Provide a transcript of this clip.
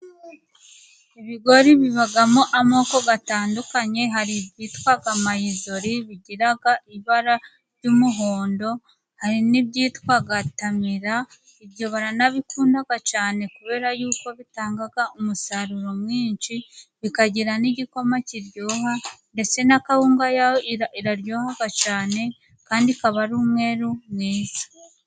Ibigori bibamo amoko atandukanye, hari ibyitwa mayizori bigira ibara ry'umuhondo, hari n'ibyitwa tamira, ibyo baranabikunda cyane kubera yuko bitanga umusaruro mwinshi, bikagira n'igikoma kiryoha, ndetse na kawunga yaho iraryoha cyane, kandi ikaba ari umweru mwiza